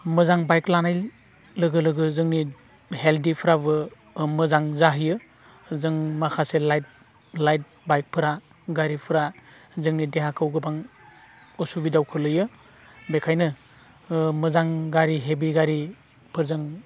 मोजां बाइक लानाय लोगो लोगो जोंनि हेलथफ्राबो मोजां जाहैयो जों माखासे लाइथ लाइथ बाइकफ्रा गारिफोरा जोंनि देहाखौ गोबां उसुबिदायाव खोख्लैयो बेखायनो मोजां गारि हेभि गारिफोरजों